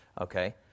Okay